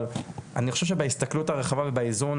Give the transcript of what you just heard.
אבל אני חושב שבהסתכלות הרחבה ובאיזון,